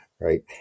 right